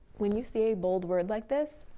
when you see a bold word like this,